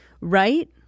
Right